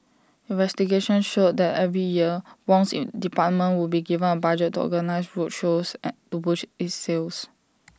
investigation showed that every year Wong's in department would be given A budget to organise road shows and to boost its sales